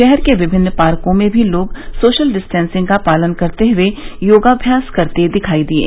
शहर के विभिन्न पार्को में भी लोग सोशल डिस्टेंसिंग का पालन करते हुए योगाभ्यास करते दिखायी दिये